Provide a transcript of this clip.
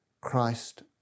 Christ